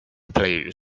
player